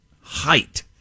height